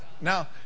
Now